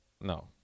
No